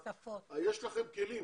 יש לכם כלים